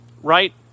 right